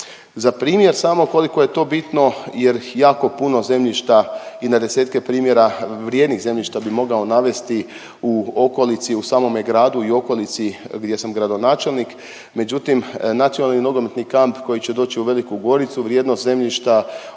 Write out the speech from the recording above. Za primjer samo koliko je to bitno, jer jako puno zemljišta i na desetke primjera vrijednih zemljišta bih mogao navesti u okolici, u samome gradu i okolici gdje sam gradonačelnik. Međutim, nacionalni nogometni kamp koji će doći u Veliku Goricu, vrijednost zemljišta